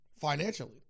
financially